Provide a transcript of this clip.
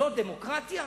זאת דמוקרטיה?